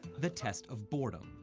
the test of boredom.